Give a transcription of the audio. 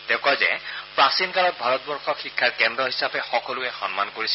তেওঁ কয় যে প্ৰাচীন কালত ভাৰতবৰ্যক শিক্ষাৰ কেন্দ্ৰ হিচাপে সন্মান কৰিছিল